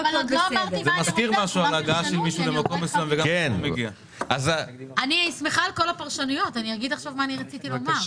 אני שמחה על כל הפרשנויות ואני אומר עכשיו מה רציתי לומר.